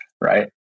Right